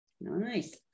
Nice